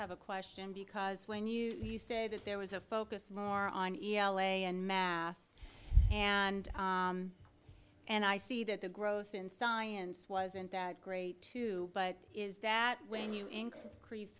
have a question because when you say that there was a focus more on each way and math and and i see that the growth in science wasn't that great too but is that when you crease